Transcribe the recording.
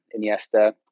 Iniesta